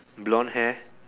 blonde hair